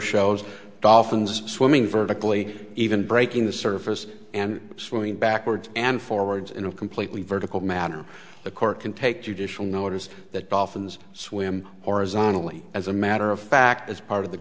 shows dolphins swimming vertically even breaking the surface and swimming backwards and forwards in a completely vertical matter the court can take judicial notice that dolphins swim or a zone only as a matter of fact as part of the